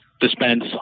dispense